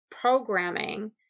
programming